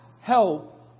help